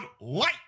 light